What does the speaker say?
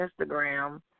Instagram